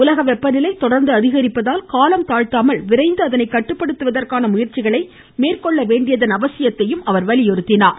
உலக வெப்பநிலை தொடர்ந்து அதிகரிப்பதால் காலம் தாழ்த்தாமல் விரைந்து அதனை கட்டுப்படுத்துவதற்கான முயற்சிகளை மேற்கொள்ள வேண்டியதன் அவசியத்தையும் வலியுறுத்தினார்